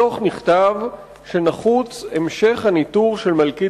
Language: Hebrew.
בדוח נכתב כי נחוץ המשך ניטור של מלכיט